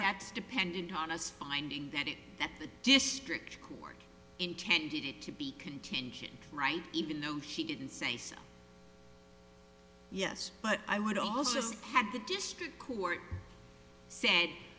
tracks dependent on us finding that it that the district court intended it to be contingent right even though he didn't say so yes but i would also say had the district court said